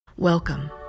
Welcome